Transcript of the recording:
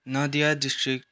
Nadia district